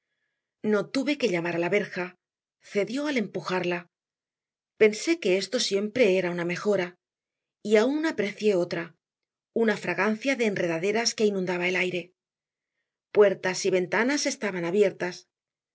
no tuve que llamar a la verja cedió al empujarla pensé que esto siempre era una mejora y aún aprecié otra una fragancia de enredaderas que inundaba el aire puertas y ventanas estaban abiertas